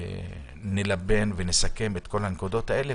נלבן את כל הנקודות האלה,